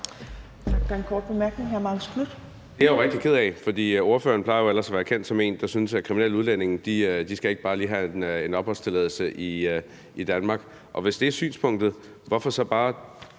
Det er jeg rigtig ked af, for ordføreren plejer jo ellers at være kendt som en, der synes, at kriminelle udlændinge ikke bare lige skal have en opholdstilladelse i Danmark, og hvis det er synspunktet, hvorfor så bare